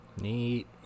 Neat